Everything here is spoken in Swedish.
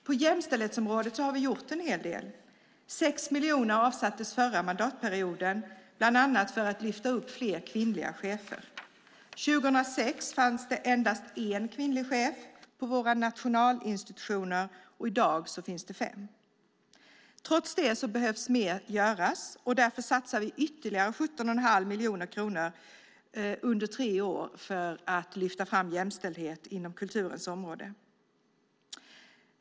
På jämställdhetsområdet har vi gjort en hel del. 6 miljoner avsattes förra mandatperioden, bland annat för att lyfta upp fler kvinnliga chefer. År 2006 fanns endast en kvinnlig chef på våra nationalinstitutioner. I dag finns det fem. Trots det behöver mycket göras, och därför satsar vi ytterligare 17 1⁄2 miljoner kronor under tre år för att lyfta fram jämställdhet på kulturens område.